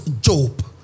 Job